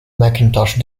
macintosh